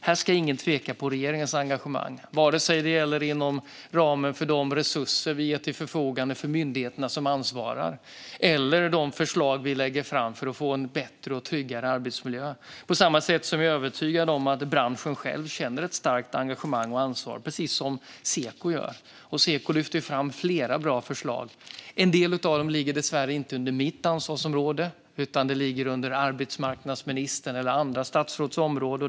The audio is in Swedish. Ingen ska tveka på regeringens engagemang här, vare sig det gäller de resurser vi ställer till förfogande för de ansvariga myndigheterna eller de förslag vi lägger fram för att få en bättre och tryggare arbetsmiljö. Jag är också övertygad om att branschen själv känner ett starkt engagemang och ansvar, precis som Seko gör. Seko lyfter fram flera bra förslag. En del av dem ligger dessvärre inte inom mitt ansvarsområde utan inom arbetsmarknadsministerns eller andra statsråds områden.